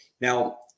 now